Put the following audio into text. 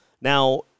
Now